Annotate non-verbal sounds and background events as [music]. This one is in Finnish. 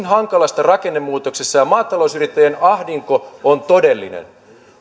[unintelligible] hankalasta rakennemuutoksesta ja maatalousyrittäjien ahdinko on todellinen